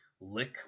Lick